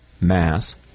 mass